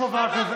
חכה.